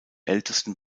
ältesten